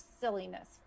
silliness